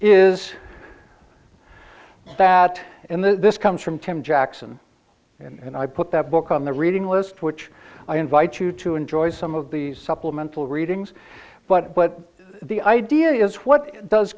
is that in the this comes from tim jackson and i put that book on the reading list which i invite you to enjoy some of the supplemental readings but what the idea is what does